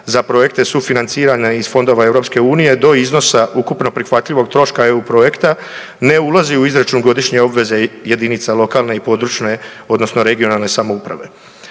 za projekte sufinancirane iz fondova EU-a do iznosa ukupno prihvatljivog troška EU projekta, ne ulazi u izračun godišnje obveze jedinica lokalne i područne odnosno regionalne samouprave.